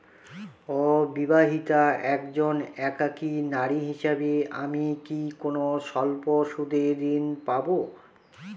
অবিবাহিতা একজন একাকী নারী হিসেবে আমি কি কোনো স্বল্প সুদের ঋণ পাব?